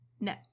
No